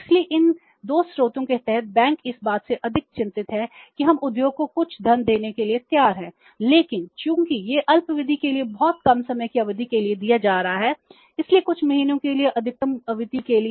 इसलिए इन 2 स्रोतों के तहत बैंक इस बात से अधिक चिंतित हैं कि हम उद्योग को कुछ धन देने के लिए तैयार हैं लेकिन चूंकि यह अल्पावधि के लिए बहुत कम समय की अवधि के लिए दिया जा रहा है इसलिए कुछ महीनों के लिए या अधिकतम अवधि के लिए